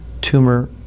tumor